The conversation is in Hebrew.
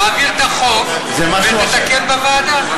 תעביר את החוק ותתקן בוועדה.